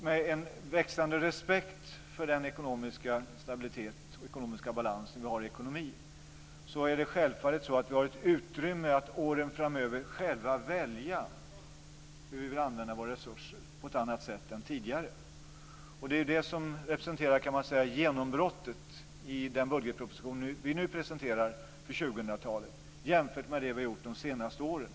Med en växande respekt för den ekonomiska stabilitet och ekonomiska balans som vi har i ekonomin har vi självfallet ett utrymme för att åren framöver själva välja hur vi vill använda våra resurser på ett annat sätt än tidigare. Det är det som representerar genombrottet i den budgetproposition vi nu presenterar för 2000-talet, jämfört med det vi har gjort de senaste åren.